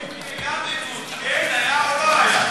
היה או לא היה.